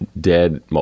dead